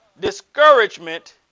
discouragement